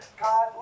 God